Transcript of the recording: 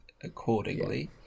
accordingly